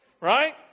right